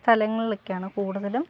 സ്ഥലങ്ങളിലൊക്കെയാണ് കൂടുതലും